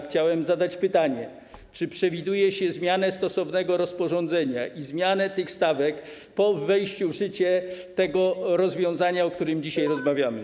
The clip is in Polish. Chciałem zadać pytanie, czy przewiduje się zmianę stosownego rozporządzenia i zmianę tych stawek po wejściu w życie tego rozwiązania, o którym dzisiaj rozmawiamy.